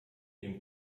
dem